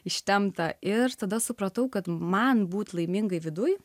ištemptą ir tada supratau kad man būt laimingai viduj